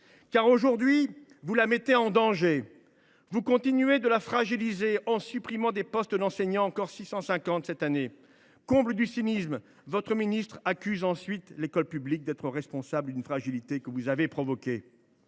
? Aujourd’hui, vous la mettez en danger. Vous continuez de la fragiliser en supprimant encore 650 postes d’enseignants cette année. Comble du cynisme, votre ministre accuse l’école publique d’être responsable d’une fragilité que vous avez vous